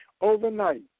overnight